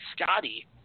Scotty